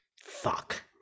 Fuck